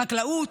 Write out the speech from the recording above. חקלאות,